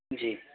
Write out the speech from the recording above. جی